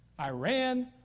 Iran